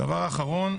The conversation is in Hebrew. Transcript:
דבר אחרון,